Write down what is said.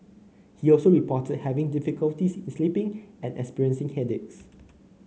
he also reported having difficulty sleeping and experiencing headaches